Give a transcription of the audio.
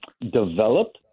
develop